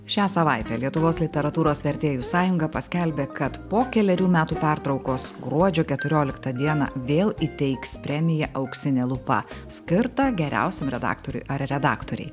šią savaitę lietuvos literatūros vertėjų sąjunga paskelbė kad po kelerių metų pertraukos gruodžio keturioliktą dieną vėl įteiks premiją auksinė lupa skirtą geriausiam redaktoriui ar redaktorei